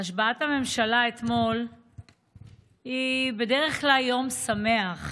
השבעת הממשלה היא בדרך כלל יום שמח,